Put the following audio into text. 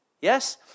Yes